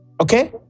okay